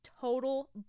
total